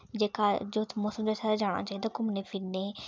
जेह्का जो मौसम जाना चाहिदा घुमने फिरने गी